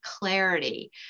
clarity